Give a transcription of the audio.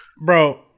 bro